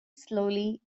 slowly